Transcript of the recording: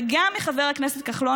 וגם מחבר הכנסת כחלון,